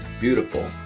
beautiful